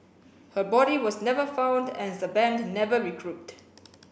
her body was never found and the band never regrouped